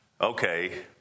okay